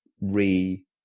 re